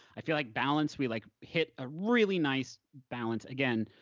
i feel like balance, we like hit a really nice balance, again,